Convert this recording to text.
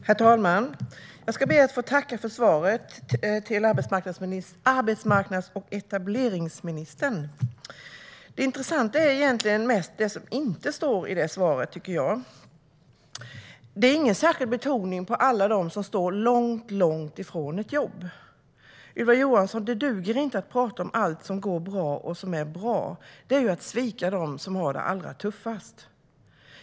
Herr talman! Jag ber att få tacka arbetsmarknads och etableringsministern för svaret. Det intressantaste är det som inte står där. Det är ingen särskild betoning på alla dem som står långt från jobb. Ylva Johansson, det duger inte att prata om allt som är bra! Det är att svika alla dem som har det tuffast.